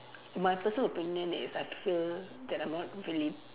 my personal opinion is I fear that I'm not really